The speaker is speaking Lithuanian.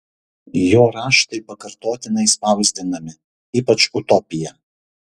jo raštai pakartotinai spausdinami ypač utopija